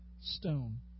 stone